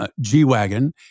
G-Wagon